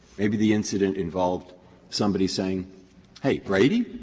maybe the incident involved somebody saying hey, brady,